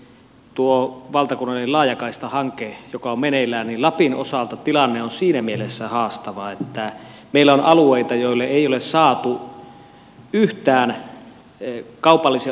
tuossa valtakunnallisessa laajakaistahankkeessa joka on meneillään lapin osalta tilanne on siinä mielessä haastava että meillä on alueita joille ei ole saatu yhtään kaupallisen operaattorin tarjousta